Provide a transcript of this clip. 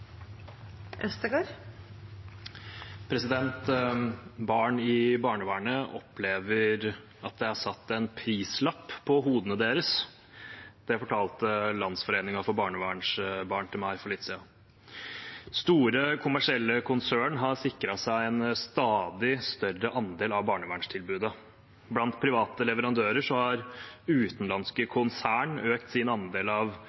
Barn i barnevernet opplever at det er satt en prislapp på hodene deres. Det fortalte Landsforeningen for barnevernsbarn til meg for litt siden. Store kommersielle konsern har sikret seg en stadig større andel av barnevernstilbudet. Blant private leverandører har utenlandske konsern økt sin andel av